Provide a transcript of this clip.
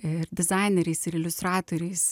ir dizaineriais ir iliustratoriais